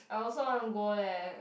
I also want to go leh